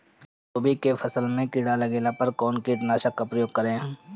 गोभी के फसल मे किड़ा लागला पर कउन कीटनाशक का प्रयोग करे?